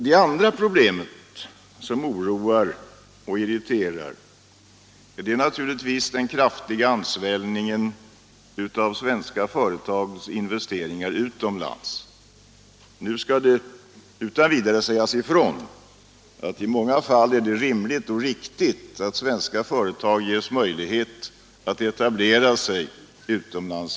Det andra problemet som oroar och irriterar är naturligtvis den kraftiga ansvällningen av svenska företags investeringar utomlands. Nu skall det utan vidare sägas ifrån att det är rimligt och riktigt att svenska företag ges möjlighet att etablera sig utomlands.